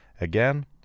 again